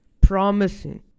promising